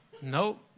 no